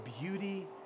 beauty